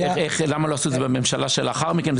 למה לא עשו את זה בממשלה שלאחר מכן,